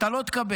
אתה לא תקבל.